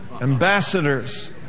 Ambassadors